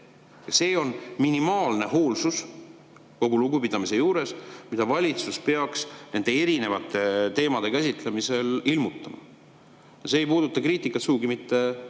See on minimaalne hoolsus, kogu lugupidamise juures, mida valitsus peaks nende erinevate teemade käsitlemisel ilmutama. See kriitika ei puuduta sugugi mitte,